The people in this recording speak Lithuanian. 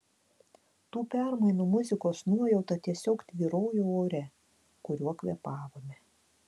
tų permainų muzikos nuojauta tiesiog tvyrojo ore kuriuo kvėpavome